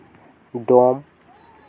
ᱰᱚᱢ